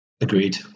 Agreed